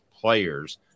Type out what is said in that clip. players